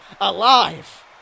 alive